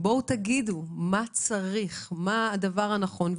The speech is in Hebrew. בואו תגידו מה צריך ומה הדבר הנכון,